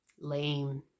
lame